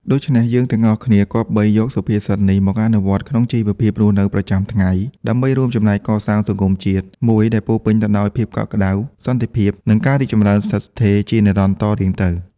ដូច្នេះ យើងទាំងអស់គ្នាគប្បីយកសុភាសិតនេះមកអនុវត្តន៍ក្នុងជីវភាពរស់នៅប្រចាំថ្ងៃ ដើម្បីរួមចំណែកកសាងសង្គមជាតិមួយដែលពោរពេញទៅដោយភាពកក់ក្ដៅ សន្តិភាព និងការរីកចម្រើនស្ថិតស្ថេរជានិរន្តរ៍តរៀងទៅ។